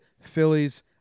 Phillies